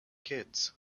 kids